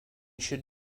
should